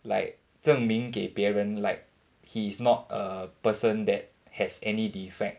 like 证明给别人 like he is not a person that has any defect